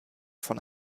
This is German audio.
von